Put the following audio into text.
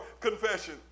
confession